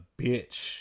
bitch